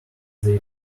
they